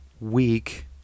week